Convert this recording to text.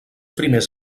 primers